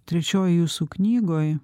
trečioj jūsų knygoj